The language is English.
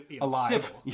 Alive